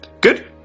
Good